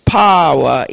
power